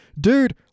dude